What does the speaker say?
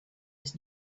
his